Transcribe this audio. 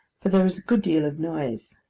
for there is a good deal of noise.